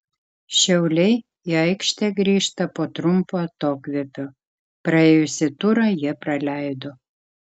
šiauliai į aikštę grįžta po trumpo atokvėpio praėjusį turą jie praleido